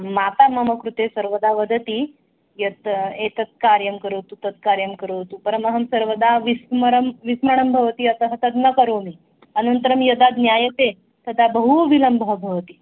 माता मम कृते सर्वदा वदति यत् एतत् कार्यं करोतु तत् कार्यं करोतु परम् अहं सर्वदा विस्मरणं विस्मरणं भवति अतः तद् न करोमि अनन्तरं यदा ज्ञायते तदा बहु विलम्बः भवति